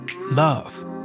love